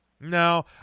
No